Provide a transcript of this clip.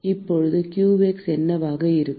இப்போது qx என்னவாக இருக்கும்